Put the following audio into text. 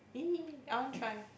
I want try